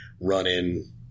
running